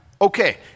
Okay